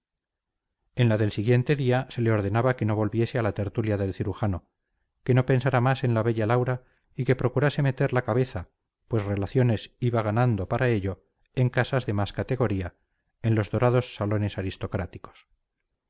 en la del siguiente día se le ordenaba que no volviese a la tertulia del cirujano que no pensara más en la bella laura y que procurase meter la cabeza pues relaciones iba ganando para ello en casas de más categoría en los dorados salones aristocráticos